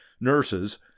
nurses